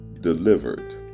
delivered